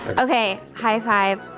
okay high-five